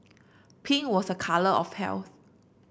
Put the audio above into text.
pink was a colour of health